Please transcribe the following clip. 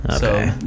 Okay